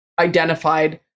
identified